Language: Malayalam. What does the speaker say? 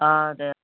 ആ അതെ